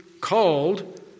called